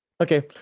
Okay